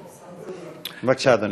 בבקשה, אדוני.